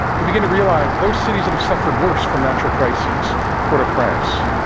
we begin to realize that those cities that have suffered worst from natural crises port-au-prince,